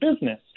business